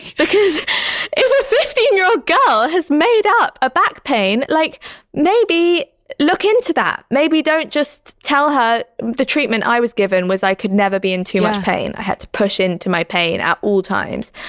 because it was a fifteen year old girl has made up a back pain. like maybe look into that. maybe don't just tell her the treatment i was given was i could never be in too much pain. i had to push into my pain at all times.